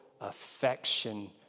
affection